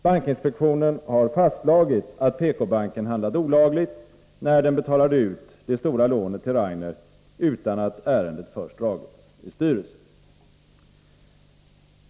Bankinspektionen har fastslagit att PK banken handlade olagligt när den betalade ut de stora lånen till Rainer utan att ärendet först dragits i styrelsen.